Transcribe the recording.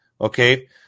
okay